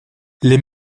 les